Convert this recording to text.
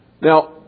Now